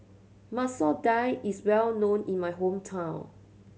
Masoor Dal is well known in my hometown